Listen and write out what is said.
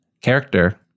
character